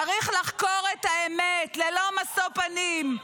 צריך לחקור את האמת ללא משוא פנים.